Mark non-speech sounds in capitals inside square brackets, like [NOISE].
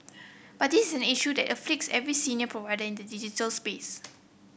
but this an issue that afflicts every [UNINTELLIGIBLE] provider the digital space